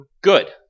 Good